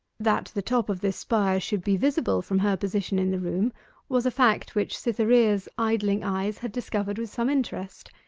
that the top of this spire should be visible from her position in the room was a fact which cytherea's idling eyes had discovered with some interest,